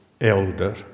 elder